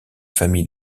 famille